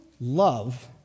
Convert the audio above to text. love